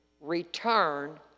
return